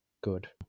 good